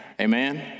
Amen